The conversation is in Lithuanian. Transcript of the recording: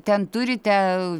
ten turite